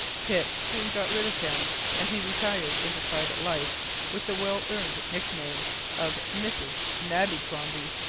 pitt soon got rid of him and he retired into private life with the well-earned nickname of mrs. nabby-cromby